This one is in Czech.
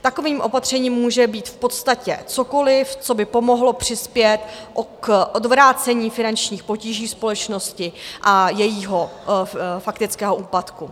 Takovým opatřením může být v podstatě cokoliv, co by pomohlo přispět k odvrácení finančních potíží společnosti a jejího faktického úpadku.